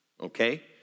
okay